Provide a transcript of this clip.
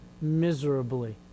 miserably